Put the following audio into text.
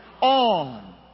on